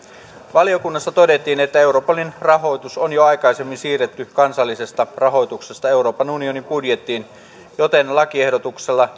valiokunnassa todettiin että europolin rahoitus on jo aikaisemmin siirretty kansallisesta rahoituksesta euroopan unionin budjettiin joten lakiehdotuksella